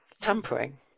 tampering